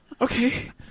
okay